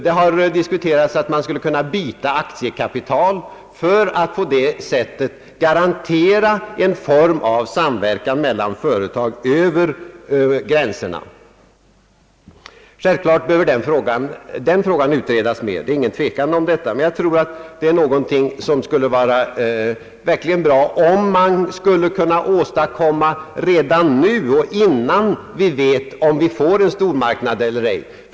Det har diskuterats att man skulle kunna byta aktiekapital för att på det sättet garantera en form av samverkan mellan företag över gränserna. Det är ingen tvekan om att detta bör utredas närmare. Det vore verkligen bra om det gjordes re dan nu, innan vi vet om vi får en stormarknad eller ej.